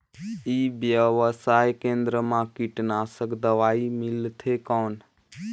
ई व्यवसाय केंद्र मा कीटनाशक दवाई मिलथे कौन?